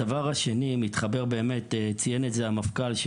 הדבר השני מתחבר עם מה שציין המפכ"ל.